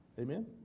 Amen